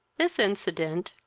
this incident,